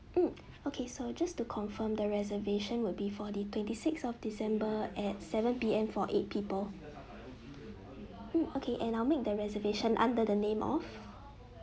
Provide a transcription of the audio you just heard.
hmm okay so just to confirm the reservation will be for the twenty sixth of december at seven P_M for eight people hmm okay and I'll make the reservation under the name of